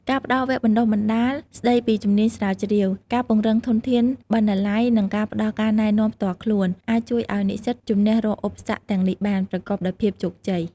ការផ្តល់វគ្គបណ្តុះបណ្តាលស្តីពីជំនាញស្រាវជ្រាវ ការពង្រឹងធនធានបណ្ណាល័យ និងការផ្តល់ការណែនាំផ្ទាល់ខ្លួន អាចជួយឱ្យនិស្សិតជំនះរាល់ឧបសគ្គទាំងនេះបាន ប្រកបដោយភាពជោគជ័យ។